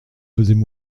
faisaient